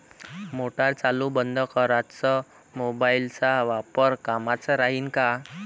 Motor चालू बंद कराच मोबाईलचा वापर कामाचा राहीन का?